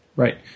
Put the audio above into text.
Right